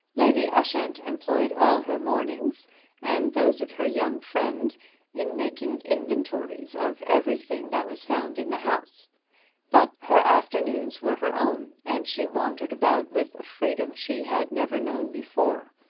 lady ushant employed all her mornings and those of her young friend in making inventories of everything that was found in the house but her afternoons were her own, and she wandered about with a freedom she had never known before.